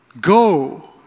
go